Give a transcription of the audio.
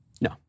No